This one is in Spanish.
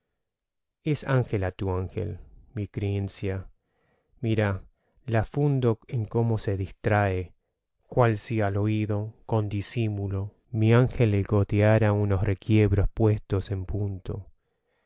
es ángela tu ángel mi creencia mira la fundo en como se distrae cual si al oido con disimulo mi ángel le goteara unos requiebros puestos en punto